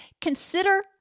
Consider